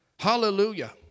Hallelujah